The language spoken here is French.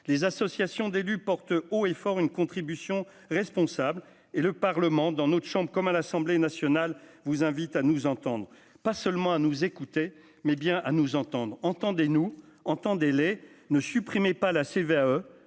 les associations d'élus portent haut et fort une contribution responsable et le parlement dans notre chambre, comme à l'Assemblée nationale, vous invite à nous entendre, pas seulement à nous écouter, mais bien à nous entendre, entendez nous entend délai ne supprimez pas la CVAE